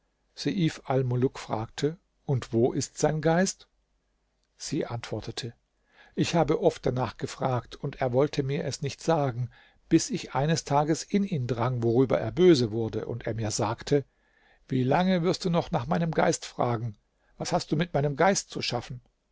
fragte und wo ist sein geist sie antwortete ich habe oft danach gefragt und er wollte mir es nicht sagen bis ich eines tages in ihn drang worüber er böse wurde und mir sagte wie lange wirst du noch nach meinem geist fragen was hast du mit meinem geist zu schaffen